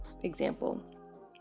example